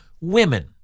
women